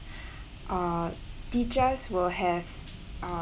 uh teachers will have err